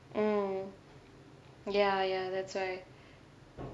mm ya ya that's why